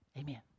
Amen